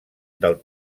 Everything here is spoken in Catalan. del